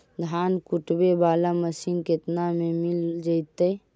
धान कुटे बाला मशीन केतना में मिल जइतै?